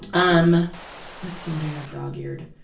um let's see what i have dog-eared.